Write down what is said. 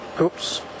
Oops